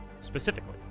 Specifically